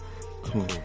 Cool